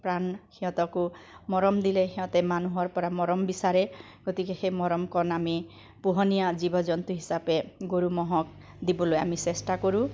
প্ৰাণ সিহঁতকো মৰম দিলে সিহঁতে মানুহৰ পৰা মৰম বিচাৰে গতিকে সেই মৰমকণ আমি পোহনীয়া জীৱ জন্তু হিচাপে গৰু ম'হক দিবলৈ আমি চেষ্টা কৰোঁ